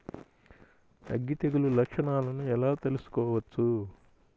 అగ్గి తెగులు లక్షణాలను ఎలా తెలుసుకోవచ్చు?